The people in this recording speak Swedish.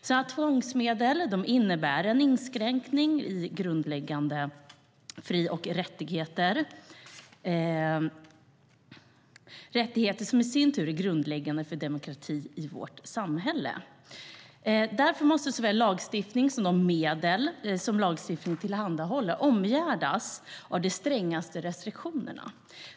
Sådana tvångsmedel innebär en inskränkning i grundläggande fri och rättigheter - rättigheter som i sin tur är grundläggande för demokratin i vårt samhälle. Därför måste såväl lagstiftningen som de medel som lagstiftningen tillhandahåller omgärdas av de strängaste restriktioner.